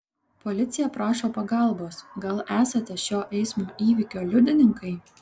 policija prašo pagalbos gal esate šio eismo įvykio liudininkai